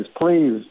Please